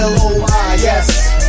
L-O-I-S